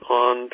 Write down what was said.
on